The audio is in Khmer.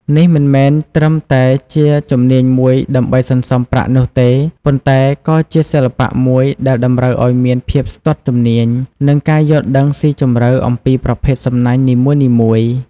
នេះមិនមែនត្រឹមតែជាជំនាញមួយដើម្បីសន្សំប្រាក់នោះទេ ប៉ុន្តែក៏ជាសិល្បៈមួយដែលតម្រូវឲ្យមានភាពស្ទាត់ជំនាញ និងការយល់ដឹងស៊ីជម្រៅអំពីប្រភេទសំណាញ់នីមួយៗ។